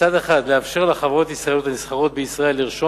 מצד אחד לאפשר לחברות ישראליות הנסחרות בישראל לרשום